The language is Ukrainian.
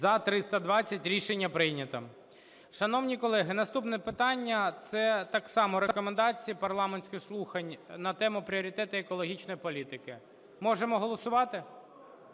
За-320 Рішення прийнято. Шановні колеги, наступне питання – це так само Рекомендації парламентських слухань на тему: "Пріоритети екологічної політики". Можемо голосувати?